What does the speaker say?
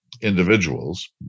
individuals